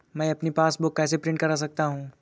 मैं अपनी पासबुक कैसे प्रिंट कर सकता हूँ?